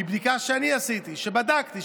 מבדיקה שאני עשיתי ובדקתי,